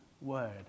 word